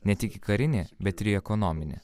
ne tik į karinį bet ir į ekonominį